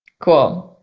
cool.